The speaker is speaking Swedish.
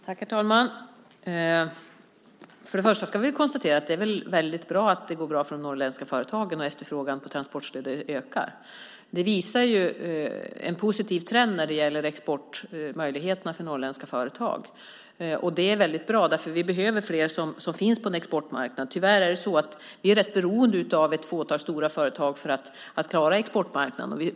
Herr talman! Först och främst ska vi konstatera att det är väldigt bra att det går bra för de norrländska företagen så att efterfrågan på transportstödet ökar. Det visar ju en positiv trend när det gäller exportmöjligheterna för norrländska företag. Det är väldigt bra, därför att vi behöver fler som finns på exportmarknaden. Tyvärr är det så att vi är rätt beroende av ett fåtal stora företag för att klara exportmarknaden.